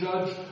judge